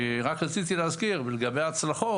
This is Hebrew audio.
רציתי להזכיר לגבי ההצלחות.